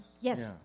Yes